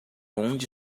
onde